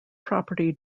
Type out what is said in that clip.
property